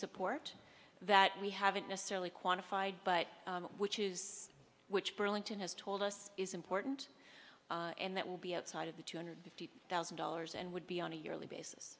support that we haven't necessarily quantified but which is which burlington has told us is important and that will be outside of the two hundred fifty thousand dollars and would be on a yearly basis